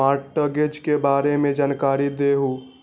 Mortgage के बारे में जानकारी देहु?